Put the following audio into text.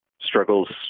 struggles